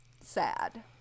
sad